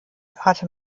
hatte